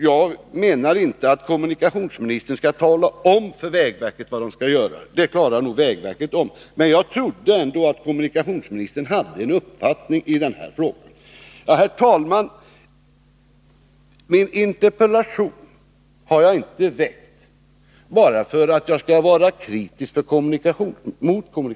Jag menar inte att kommunikationsministern skall tala om för vägverket vad det skall göra — det klarar nog vägverket av. Men jag trodde ändå att kommunikationsministern hade en uppfattning i den här frågan. Herr talman! Min interpellation har jag inte väckt bara för att vara kritisk mot kommunikationsministern.